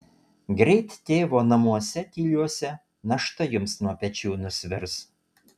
greit tėvo namuose tyliuose našta jums nuo pečių nusvirs